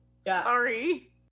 sorry